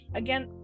again